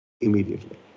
immediately